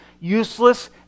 Useless